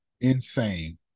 insane